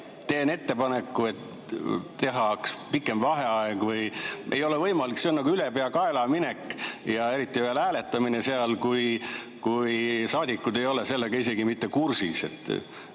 Teen ettepaneku teha pikem vaheaeg. Ei ole võimalik, see on nagu ülepeakaela minek, eriti veel hääletamine, kui saadikud ei ole sellega isegi mitte kursis,